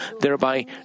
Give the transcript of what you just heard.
thereby